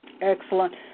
Excellent